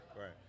Right